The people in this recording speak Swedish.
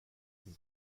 till